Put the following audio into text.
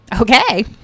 Okay